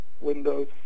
windows